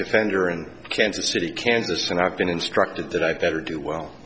defender in kansas city kansas and i've been instructed that i better do well